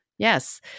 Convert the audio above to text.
Yes